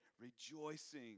rejoicing